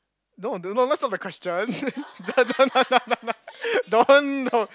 no do no that's not the question no no no no don't no